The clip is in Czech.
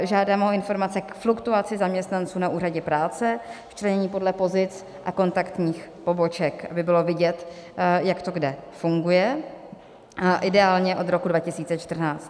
Žádám o informace k fluktuaci zaměstnanců na Úřadě práce v členění podle pozic a kontaktních poboček, aby bylo vidět, jak to kde funguje, ideálně od roku 2014.